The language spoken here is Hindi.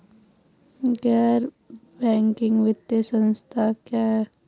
गैर बैंकिंग वित्तीय संस्था क्या है?